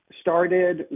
started